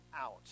out